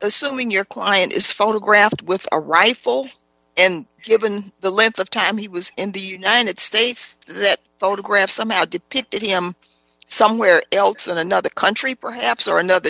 assuming your client is photographed with a rifle and given the length of time he was in the united states that photograph somehow depicted him somewhere else in another country perhaps or another